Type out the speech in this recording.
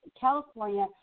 California